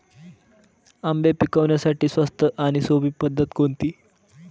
आंबे पिकवण्यासाठी स्वस्त आणि सोपी पद्धत कोणती?